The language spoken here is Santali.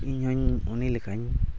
ᱤᱧ ᱦᱚᱧ ᱩᱱᱤ ᱞᱮᱠᱟᱧ